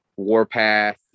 Warpath